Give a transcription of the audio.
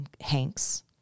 Hanks